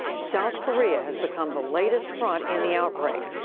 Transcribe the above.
south korea has become the latest front in the outbreak.